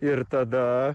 ir tada